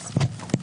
בבקשה.